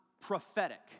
prophetic